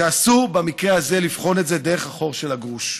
שאסור במקרה הזה לבחון את זה דרך החור של הגרוש.